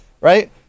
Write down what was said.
right